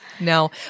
no